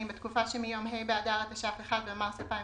בתקופה שמיום ה' באדר התש"ף (1 במארס 2020)